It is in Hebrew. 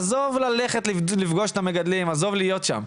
עזוב ללכת לפגוש את המגדלים, עזוב להיות שם,